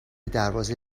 دروازه